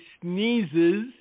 sneezes